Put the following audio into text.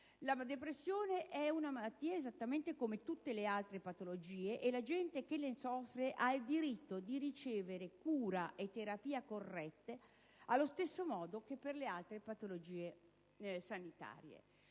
«La depressione è una malattia esattamente come tutte le altre patologie e la gente che ne soffre ha il diritto di ricevere cura e terapia corrette, allo stesso modo che per le altre patologie sanitarie».